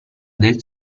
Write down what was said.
del